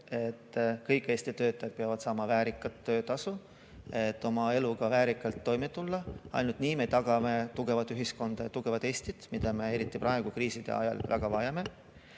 et kõik Eesti töötajad peavad saama väärikat tasu, et oma eluga väärikalt toime tulla. Ainult nii me tagame tugeva ühiskonna, tugeva Eesti, mida me eriti praegu, kriiside ajal väga vajame. Mis